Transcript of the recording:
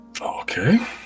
Okay